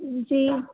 जी